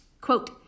Quote